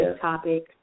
topic